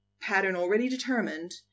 pattern-already-determined